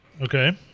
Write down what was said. Okay